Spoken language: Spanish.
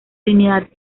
trinidad